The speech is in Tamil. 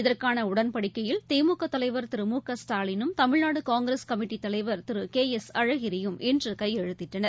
இதற்கான உடன்படிக்கையில் திமுக தலைவர் திரு மு க ஸ்டாலினும் தமிழ்நாடு காங்கிரஸ் கமிட்டித் தலைவர் திரு கே எஸ் அழகிரியும் இன்று கையெழுத்திட்டனர்